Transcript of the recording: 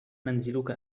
منزلك